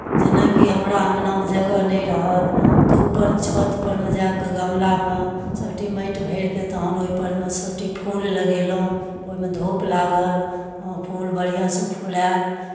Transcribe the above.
जेनाकि हमरा अङनामे जगह नहि रहल तऽ ऊपर छतपर मे जा कऽ गमलामे सभटी माटि भरि कऽ तखन ओहिपर मे सभटी फूल लगेलहुँ ओहिमे धूप लागल फूल बढ़िआँसँ फुलायल